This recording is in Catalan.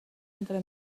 entre